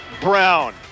Brown